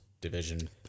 division